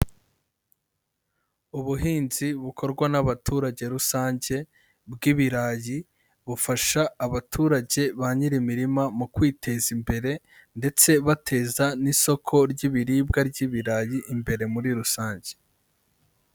Ubuhinzi bukorwa n'abaturage rusange bw'ibirayi, bufasha abaturage ba nyir'imirima mu kwiteza imbere, ndetse bateza n'isoko ry'ibiribwa ry'ibirayi imbere muri rusange.